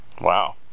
Wow